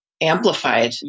Amplified